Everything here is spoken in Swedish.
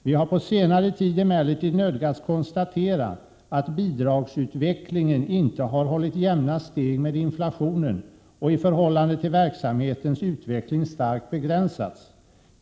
Vi har på senare tid emellertid nödgats konstatera att bidragsutvecklingen inte har hållit jämna steg med inflationen och i förhållande till verksamhetens utveckling starkt begränsats.